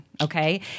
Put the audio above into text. okay